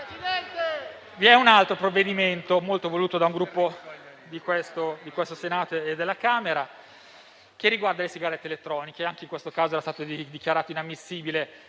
Vi è un altro provvedimento, fortemente voluto da un Gruppo di questo Senato e della Camera, che riguarda le sigarette elettroniche. Anche in questo caso era stato dichiarato inammissibile